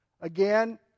Again